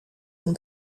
and